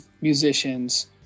musicians